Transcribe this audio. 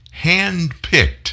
handpicked